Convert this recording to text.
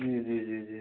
जी जी जी जी